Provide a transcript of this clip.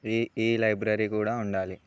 ఈ ఈ లైబ్రరీ కూడా ఉండాలి